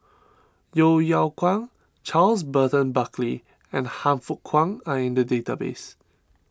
Yeo Yeow Kwang Charles Burton Buckley and Han Fook Kwang are in the database